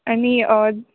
आणि